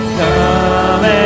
come